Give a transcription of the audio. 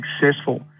successful